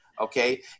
okay